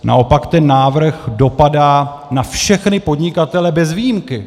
Naopak ten návrh dopadá na všechny podnikatele bez výjimky.